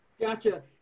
gotcha